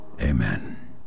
Amen